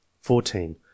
fourteen